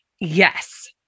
yes